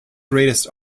greatest